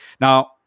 Now